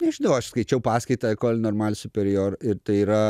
nežinau aš skaičiau paskaitą kol normal superior ir tai yra